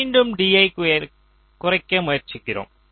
மீண்டும் D யை குறைக்க முயற்சிக்கிறோம்